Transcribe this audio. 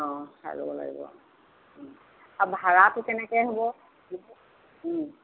অঁ চাই ল'ব লাগিব আৰু ভাড়াটো কেনেকৈ হ'ব